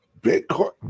Bitcoin